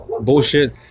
bullshit